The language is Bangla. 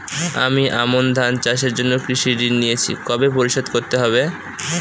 আমি আমন ধান চাষের জন্য কৃষি ঋণ নিয়েছি কবে পরিশোধ করতে হবে?